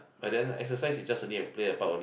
but then exercise is just only to play a part only